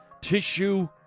tissue